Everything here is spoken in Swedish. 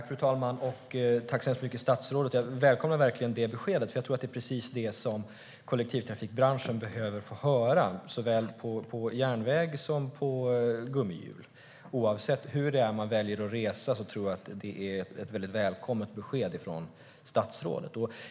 Fru talman! Tack så mycket, statsrådet! Jag välkomnar verkligen detta besked, för jag tror att det är precis det som kollektivtrafikbranschen behöver få höra såväl på järnväg som på gummihjul. Oavsett hur man väljer att resa tror jag att det är ett välkommet besked från statsrådet.